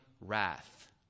wrath